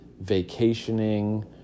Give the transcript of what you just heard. vacationing